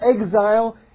exile